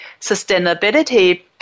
sustainability